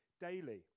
daily